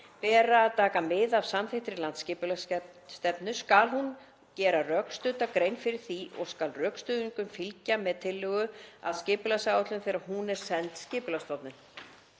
bera að taka mið af samþykktri landsskipulagsstefnu skal hún gera rökstudda grein fyrir því og skal rökstuðningurinn fylgja með tillögu að skipulagsáætlun þegar hún er send Skipulagsstofnun.